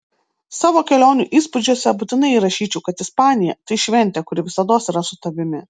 savo kelionių įspūdžiuose būtinai įrašyčiau kad ispanija tai šventė kuri visados yra su tavimi